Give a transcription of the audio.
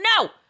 No